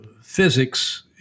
physics